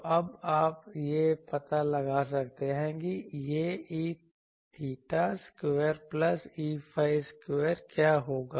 तो अब आप यह पता लगा सकते हैं कि यह E𝚹 square plus Eϕ square क्या होगा